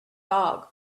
dog